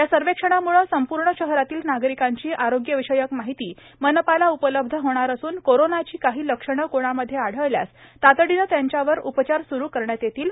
या सर्व्हेक्षणाम्ळे संपूर्ण शहरातील नागरिकांची आरोग्यविषयक माहिती मनपाला उपलब्ध होणार असून कोरोनाची काही लक्षणे कोणामध्ये आढळल्यास तातडीने त्यांच्यावर उपचार सुरू करण्यात येतील